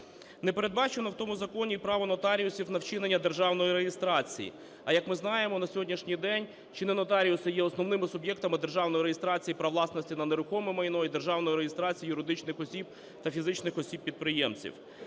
Не передбачено в тому законі і право нотаріусів на вчинення державної реєстрації. А як ми знаємо, на сьогоднішній день чи не нотаріуси є основними суб'єктами державної реєстрації права власності на нерухоме майно і державної реєстрації юридичних осіб та фізичних осіб - підприємців.